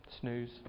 snooze